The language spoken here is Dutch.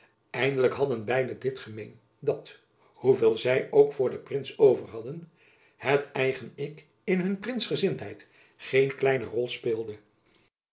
eindelijk hadden beiden dit gemeen dat hoeveel zy ook voor den prins overhadden het eigen ik in hun prinsgezindheid geen kleine rol speelde